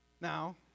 Now